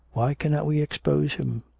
why cannot we expose him?